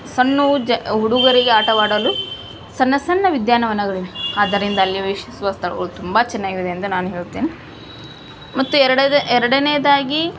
ಸಣ್ಣ ಜ ಹುಡುಗರಿಗೆ ಆಟವಾಡಲು ಸಣ್ಣ ಸಣ್ಣ ಉದ್ಯಾನವನಗಳಿವೆ ಆದ್ದರಿಂದ ಅಲ್ಲಿ ವೀಕ್ಷಿಸುವ ಸ್ಥಳಗಳು ತುಂಬ ಚೆನ್ನಾಗಿದೆ ಎಂದು ನಾನು ಹೇಳುತ್ತೇನೆ ಮತ್ತು ಎರಡು ಎರಡನೇದಾಗಿ